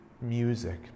music